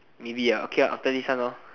maybe okay after this one